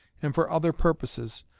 and for other purposes,